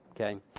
Okay